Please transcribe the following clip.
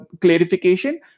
clarification